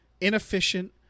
inefficient